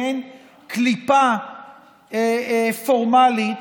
למעין קליפה פורמלית,